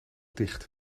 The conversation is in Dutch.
dicht